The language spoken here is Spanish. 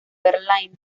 verlaine